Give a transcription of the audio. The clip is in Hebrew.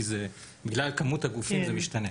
כי בגלל כמות הגופים זה משתנה.